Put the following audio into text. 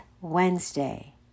Wednesday